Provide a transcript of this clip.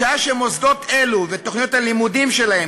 משעה שמוסדות אלו ותוכניות הלימודים שלהם